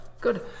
good